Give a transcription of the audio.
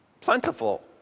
plentiful